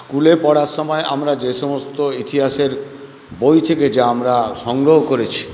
স্কুলে পড়ার সময় আমরা যে সমস্ত ইতিহাসের বই থেকে যা আমরা সংগ্রহ করেছি